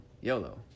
YOLO